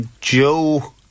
Joe